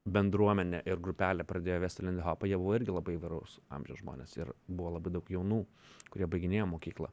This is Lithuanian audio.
bendruomenė ir grupelė pradėjo vesti lindihopą jie buvo irgi labai įvairaus amžiaus žmonės ir buvo labai daug jaunų kurie baiginėja mokyklą